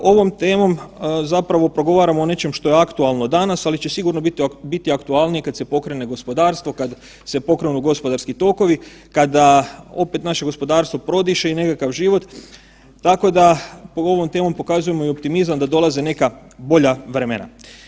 Ovom temom zapravo progovaramo o nečem što je aktualno danas, ali će sigurno biti aktualnije kad se pokrene gospodarstvo, kad se pokrenu gospodarski tokovi, kada opet naše gospodarstvo prodiše i nekakav život, tako da pod ovom temom pokazujemo i optimizam da dolaze neka bolja vremena.